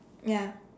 ya